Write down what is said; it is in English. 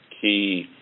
key